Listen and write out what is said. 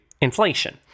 inflation